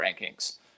rankings